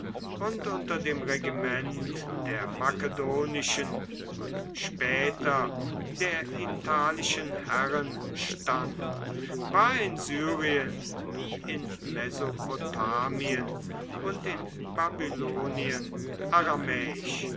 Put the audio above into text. und unter dem regiment der makedonischen und später der italienischen herren stand war in syrien wie in mesopotamien und in babylonien